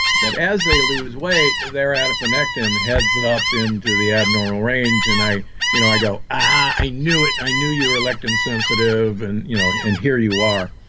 that as they lose weight their adiponectin heads up into the abnormal range, and i you know i go, i knew it i knew you were lectin sensitive. and you know and here you are.